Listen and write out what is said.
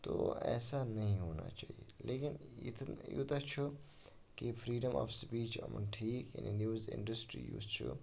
تو ایسا نہیں ہونا چاہیے لیکِن ییٚتٮ۪ن یوٗتاہ چھُ کہِ فرٛیٖڈَم آف سٕپیٖچ یِمَن ٹھیٖک یعنے نِوٕز اِنڈَسٹِرٛی یُس چھُ